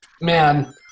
Man